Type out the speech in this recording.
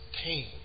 pain